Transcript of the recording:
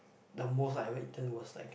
the most I ever eaten was like